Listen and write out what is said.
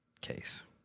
case